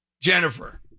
Jennifer